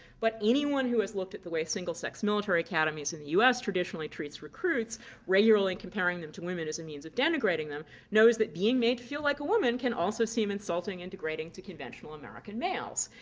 but anyone who has looked at the way single-sex military academies in the us traditionally treats recruits regularly and comparing them to women as a means of denigrating them knows that being made to feel like a woman can also seem insulting and degrading to conventional american males.